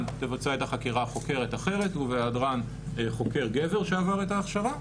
תבצע את החקירה חוקרת אחרת ובהיעדרן חוקר גבר שעבר את ההכשרה,